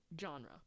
genre